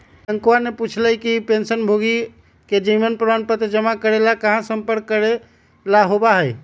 रियंकावा ने पूछल कई कि पेंशनभोगियन के जीवन प्रमाण पत्र जमा करे ला कहाँ संपर्क करे ला होबा हई?